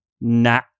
nah